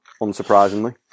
unsurprisingly